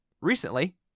recently